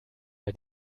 bei